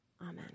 Amen